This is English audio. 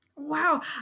Wow